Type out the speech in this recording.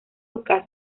lucas